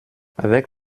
avec